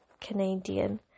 Canadian